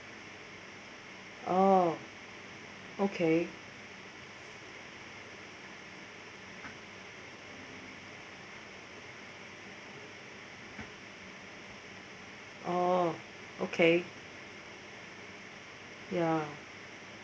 oh okay oh okay ya